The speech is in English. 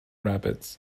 rabbits